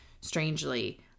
strangely